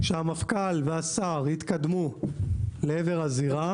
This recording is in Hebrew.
כשהמפכ"ל והשר התקדמו לעבר הזירה.